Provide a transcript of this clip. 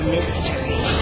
Mystery